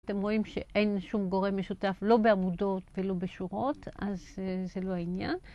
אתם רואים שאין שום גורם משותף לא בעמודות ולא בשורות, אז זה לא העניין.